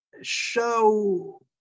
show